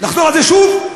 לחזור על זה שוב?